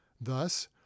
Thus